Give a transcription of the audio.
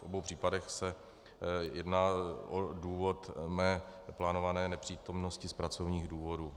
V obou případech se jedná o důvod mé plánované nepřítomnosti z pracovních důvodů.